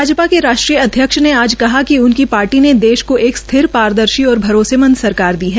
भाजपा के राष्ट्रीय अध्यक्ष ने आज कहा कि उनकी पार्टी ने देश को एक स्थिर पारदर्शी और भरासेमंद सरकार दी है